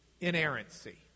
inerrancy